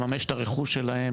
לממש את הרכוש שלהם,